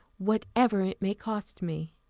whatever it may cost me.